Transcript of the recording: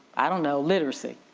i don't know, literacy.